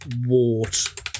wart